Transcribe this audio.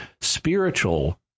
spiritual